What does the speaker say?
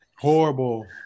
Horrible